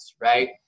right